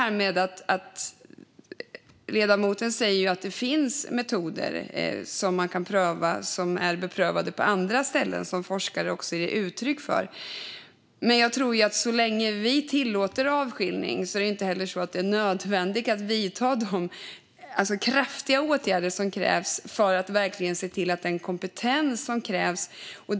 Ledamoten säger att det finns metoder som man kan pröva och som är beprövade på andra ställen, vilket forskare också ger uttryck för. Men så länge vi tillåter avskiljning tror jag inte att det blir nödvändigt att vidta de kraftiga åtgärder som krävs för att se till att den nödvändiga kompetensen verkligen finns.